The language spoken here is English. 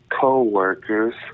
co-workers